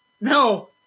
No